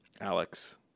Alex